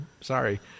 Sorry